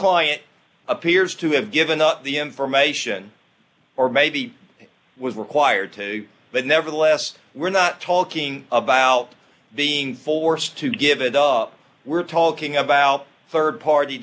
client appears to have given us the information or maybe it was required but nevertheless we're not talking about the forced to give it up we're talking about rd party